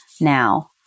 now